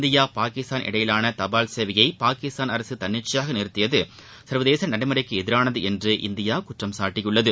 India Pakistan இடையிலான தபால் சேவையை பாகிஸ்தான் அரசு தன்னிச்சையாக நிறத்தியது சர்வதேச நடைமுறைகளுக்கு எதிரானது என்று இந்தியா குற்றம் சாட்டியுள்ளது